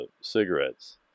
cigarettes